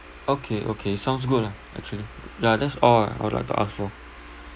okay okay sounds good lah actually ya that's all ah I would like to ask for